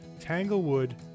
Tanglewood